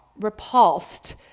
repulsed